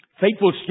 Faithful